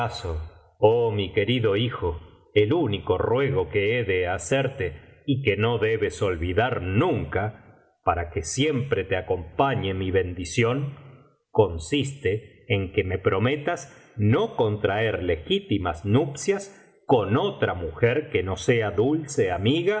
oh mi querido hijo el único ruego que he de hacerte y que no debes olvidar nunca para que siempre te acompañe mi bendición consiste en que me prometas no contraer legítimas nupcias con otra mujer que no sea dulce amiga